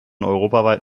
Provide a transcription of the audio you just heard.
europaweit